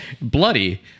bloody